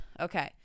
Okay